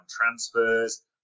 transfers